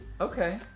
okay